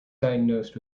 diagnosed